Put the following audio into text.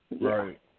right